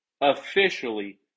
officially